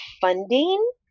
funding